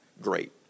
Great